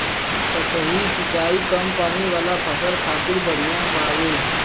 सतही सिंचाई कम पानी वाला फसल खातिर बढ़िया बावे